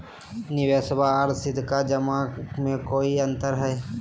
निबेसबा आर सीधका जमा मे कोइ अंतर हय?